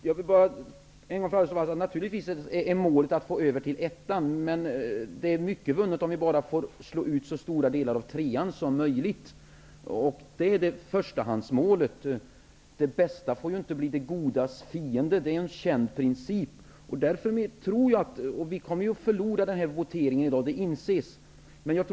Herr talman! Naturligtvis är målet att man skall gå över till klass 1, men mycket är vunnet om vi slår ut så stora delar av klass 3 som möjligt. Det är förstahandsmålet. Det bästa får ju inte bli det godas fiende. Det är en känd princip. Vi kommer ju att förlora voteringen i dag, det inser jag.